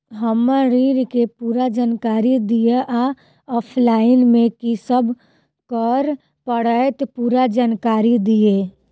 हम्मर ऋण केँ पूरा जानकारी दिय आ ऑफलाइन मे की सब करऽ पड़तै पूरा जानकारी दिय?